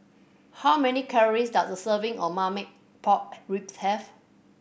how many calories does a serving of Marmite Pork Ribs have